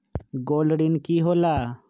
Gold ऋण की होला?